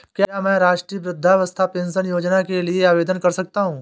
क्या मैं राष्ट्रीय वृद्धावस्था पेंशन योजना के लिए आवेदन कर सकता हूँ?